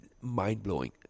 mind-blowing